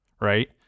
Right